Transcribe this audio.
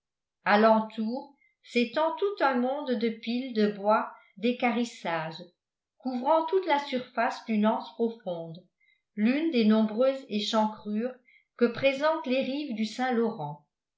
alentour s'étend tout un monde de piles de bois d'équarrissage couvrant toute la surface d'une anse profonde l'une des nombreuses échancrures que présentent les rives du saint-laurent